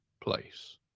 place